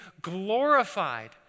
glorified